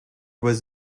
was